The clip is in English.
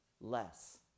less